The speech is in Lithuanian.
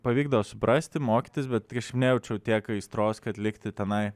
pavykdavo suprasti mokytis bet nejaučiau tiek aistros kad likti tenai